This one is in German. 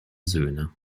söhne